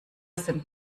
sind